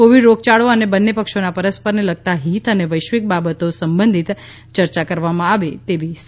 Covid રોગયાળો અને બંને પક્ષોના પરસ્પરને લગતા હિત અને વૈશ્વિક બાબતો સંબંધિત ચર્ચા કરવામાં આવે તેવી સંભાવના છે